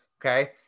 Okay